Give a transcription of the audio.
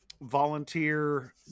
volunteer